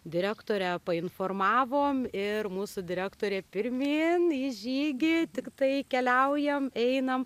direktorę informavom ir mūsų direktorė pirmyn į žygį tiktai keliaujam einam